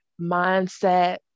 mindset